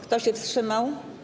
Kto się wstrzymał?